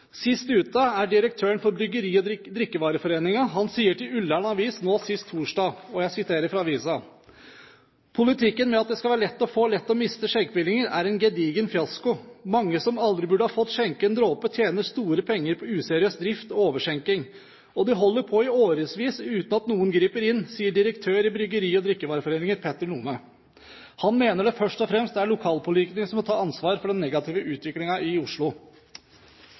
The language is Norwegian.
Sist ute er direktøren for Bryggeri- og drikkevareforeningen. Han sier til Ullern Avis nå sist torsdag: «Politikken med at «det skal være lett å få og lett å miste» skjenkebevillinger er en gedigen fiasko. Mange som aldri burde fått skjenke en dråpe tjener store penger på useriøs drift og overskjenking, og de holder på i årevis uten at noen griper inn, sier direktør i Bryggeri- og drikkevareforeningen Petter Nome. Han mener det først og fremst er politikerne som må ta ansvar for den negative utviklingen i Oslo.»